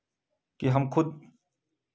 कि हम खुद